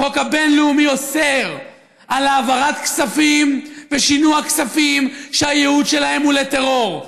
החוק הבין-לאומי אוסר העברת כספים ושינוע כספים שהייעוד שלהם הוא לטרור.